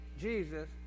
Jesus